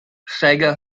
sega